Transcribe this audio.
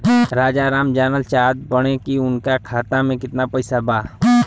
राजाराम जानल चाहत बड़े की उनका खाता में कितना पैसा बा?